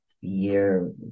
year